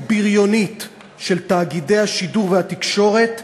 בריונית של תאגידי השידור והתקשורת,